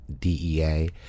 DEA